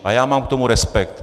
A já mám k tomu respekt.